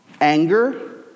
anger